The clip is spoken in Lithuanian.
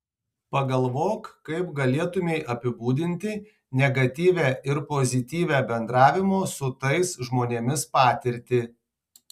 pagalvok kaip galėtumei apibūdinti negatyvią ir pozityvią bendravimo su tais žmonėmis patirtį